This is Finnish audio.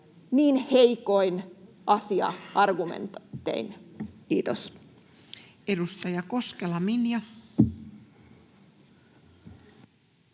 niin heikoin asia-argumentein. — Kiitos. Edustaja Koskela, Minja.